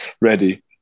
ready